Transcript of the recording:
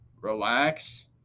relax